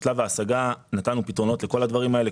בשלב ההשגה נתנו פתרונות לכל הדברים האלה,